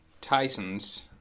Tyson's